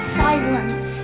silence